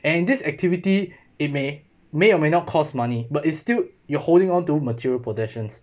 and this activity it may may or may not cost money but it's still you're holding onto material possessions